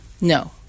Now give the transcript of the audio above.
No